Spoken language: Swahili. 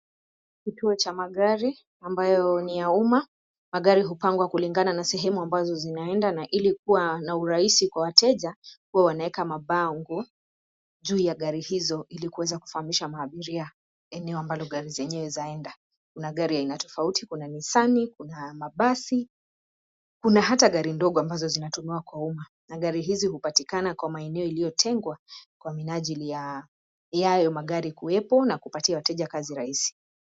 Kituo cha magari ambayo ni ya umma. Magari hupangwa kulingana na sehemu ambazo zinaenda, na ili kuwa na urahisi kwa wateja, huwa wanaweka mabango juu ya gari hizo ili kuweza kufahamisha abiria eneo ambalo gari zenyewe zaenda. Kuna gari ya aina tofauti, kuna Nissan, kuna mabasi, kuna hata gari ndogo ambazo zinatumiwa kwa umma. Na gari hizi hupatikana kwa maeneo iliyotengwa kwa minajili ya hayo magari kuwepo na kupatia wateja kazi rahisi.